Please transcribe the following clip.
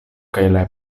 kaj